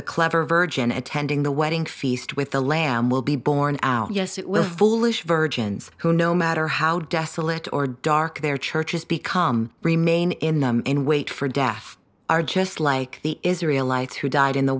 the clever virgin attending the wedding feast with the lamb will be born out yes it will volition virgins who no matter how desolate or dark their churches become remain in them in wait for death are just like the israel life who died in the